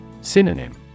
Synonym